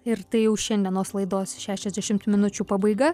ir tai jau šiandienos laidos šešiasdešim minučių pabaiga